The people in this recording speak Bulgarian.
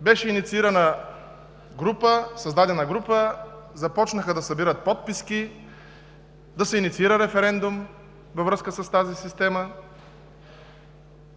беше инициирана, беше създадена група, започнаха да се събират подписки да се инициира референдум във връзка с тази система.